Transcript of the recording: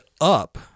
Up